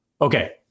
Okay